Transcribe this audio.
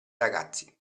ragazzi